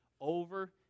Over